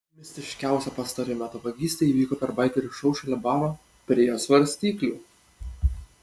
mistiškiausia pastarojo meto vagystė įvyko per baikerių šou šalia baro prie svarstyklių